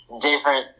different